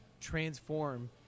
transform